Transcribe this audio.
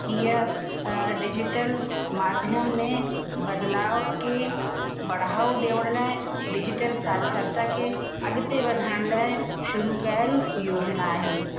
हीअ डिजीटल माध्यम में बदलाव खे बढ़ाव ॾेयण लाइ डिजीटल साक्षरता खे अॻिते वधाइण लाइ शुरू कयल योजना आहे